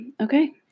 Okay